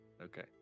okay